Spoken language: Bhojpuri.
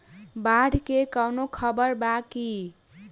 बाढ़ के कवनों खबर बा की?